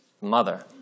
mother